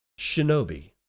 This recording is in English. Shinobi